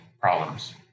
problems